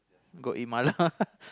go eat mala